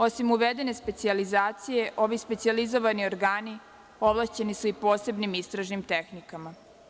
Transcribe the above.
Osim uvedene specijalizacije, ovi specijalizovani organi ovlašćeni su i posebnim istražnim tehnikama.